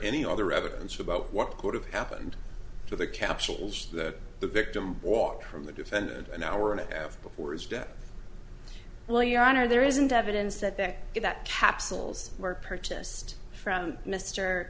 any other evidence about what could have happened to the capsules that the victim walked from the defendant an hour and a half before his death well your honor there isn't evidence that they get that capsules were purchased from m